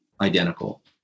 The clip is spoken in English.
identical